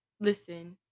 listen